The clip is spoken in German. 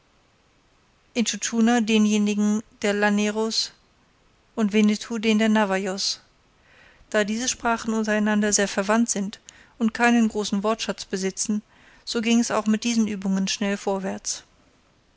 intschu tschuna denjenigen der llaneros und winnetou den der navajos da diese sprachen untereinander sehr verwandt sind und keinen großen wortschatz besitzen so ging es auch mit diesen uebungen schnell vorwärts